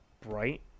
bright